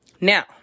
Now